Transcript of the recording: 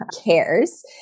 CARES